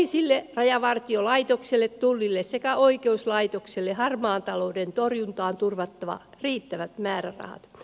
isille rajavartiolaitokselle tullille sekä oikeuslaitokselle harmaan talouden torjuntaa turvattava riittävät määrärahat